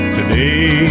Today